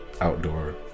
outdoor